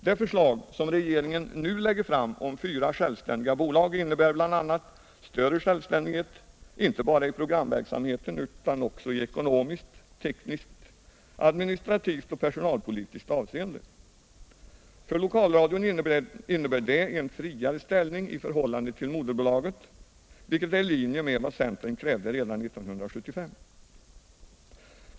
Det förslag som regeringen nu lägger fram om fyra självständiga bolag innebär bl.a. större självständighet inte bara i programverksamheten utan också i ekonomiskt, tekniskt, administrativt och personalpolitiskt avseende. För lokalradion innebär det en friare ställning i förhållande till moderbolaget, vilket är i linje med vad centern krävde redan 1975.